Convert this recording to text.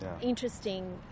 interesting